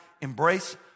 embrace